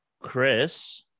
chris